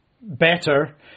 better